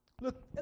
Look